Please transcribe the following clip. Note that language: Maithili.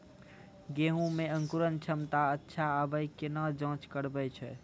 गेहूँ मे अंकुरन क्षमता अच्छा आबे केना जाँच करैय छै?